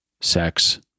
sex